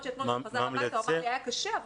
שאתמול הוא חזר הביתה ואמר לי שהיה קשה,